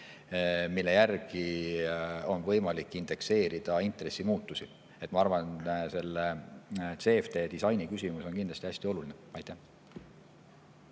mille järgi on võimalik indekseerida intressi muutusi. Ma arvan, et selle CFD disaini küsimus on kindlasti hästi oluline. Mario